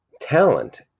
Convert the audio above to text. talent